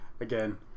again